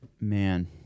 Man